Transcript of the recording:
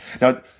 Now